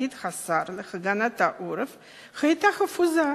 מתפקיד השר להגנת העורף היו חפוזות,